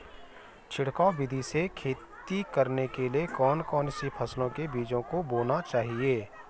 छिड़काव विधि से खेती करने के लिए कौन कौन सी फसलों के बीजों को बोना चाहिए?